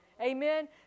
Amen